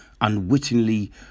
unwittingly